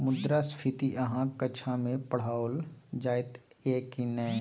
मुद्रास्फीति अहाँक कक्षामे पढ़ाओल जाइत यै की नै?